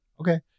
okay